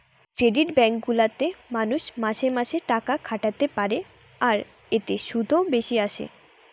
credit bank গুলা তে মানুষ মাসে মাসে টাকা খাটাতে পারে আর এতে শুধও বেশি আসে